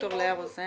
ד"ר לאה רוזן.